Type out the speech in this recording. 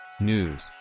news